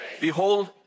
behold